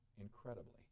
incredibly